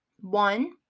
One